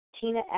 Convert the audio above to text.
Tina